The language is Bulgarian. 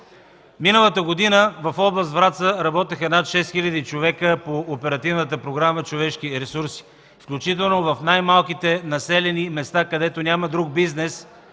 Миналата година в област Враца работеха над 6 хил. човека по Оперативна програма „Човешки ресурси”, включително в най-малките населени места, където няма друг бизнес.